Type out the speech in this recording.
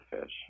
fish